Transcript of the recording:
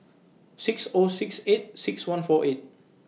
six O six eight six one four eight